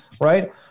right